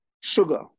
sugar